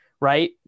right